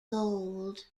gold